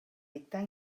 dictar